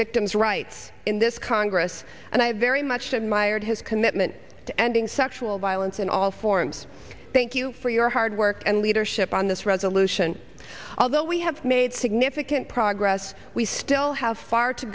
victims rights in this congress and i very much admired his commitment to ending sexual violence in all forms thank you for your hard work and leadership on this resolution although we have made significant progress we still have